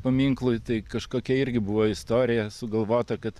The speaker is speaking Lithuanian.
paminklui tai kažkokia irgi buvo istorija sugalvota kad